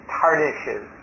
tarnishes